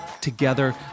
Together